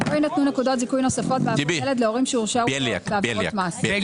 "לא יינתנו נקודות זיכוי נוספות בעבור ילד להורים שהורשעו בעבירות מס".